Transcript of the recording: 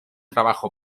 trabajo